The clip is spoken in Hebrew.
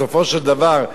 בסופו של דבר,